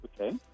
Okay